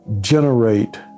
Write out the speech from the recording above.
generate